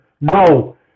No